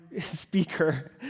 speaker